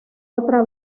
otra